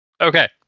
Okay